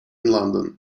london